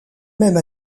même